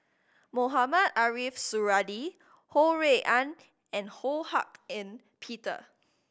Mohamed Ariff Suradi Ho Rui An and Ho Hak Ean Peter